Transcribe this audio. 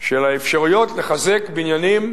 של האפשרויות לחזק בניינים